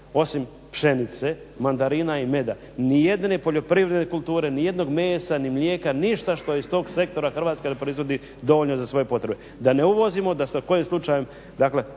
osim pšenice, mandarina i meda nijedne poljoprivredne kulture, nijednog mesa ni mlijeka, ništa što je iz tog sektora Hrvatska ne proizvodi dovoljno za svoje potrebe. Da ne uvozimo, da se kojim slučajem